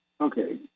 Okay